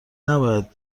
نباید